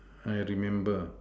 I remember